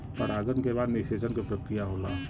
परागन के बाद निषेचन क प्रक्रिया होला